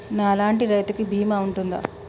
నా లాంటి రైతు కి బీమా ఉంటుందా?